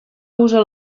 usa